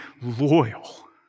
loyal